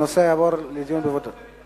הנושא יעבור לדיון בוועדת החוץ והביטחון.